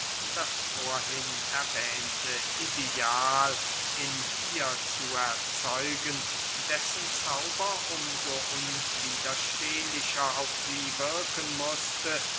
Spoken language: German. das vorhin erwähnte ideal in ihr zu erzeugen dessen zauber um so unwiderstehlicher auf sie wirken mußte